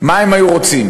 מה הם היו רוצים?